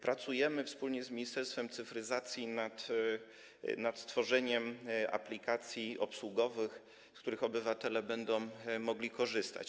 Pracujemy wspólnie z Ministerstwem Cyfryzacji nad stworzeniem aplikacji obsługowych, z których obywatele będą mogli korzystać.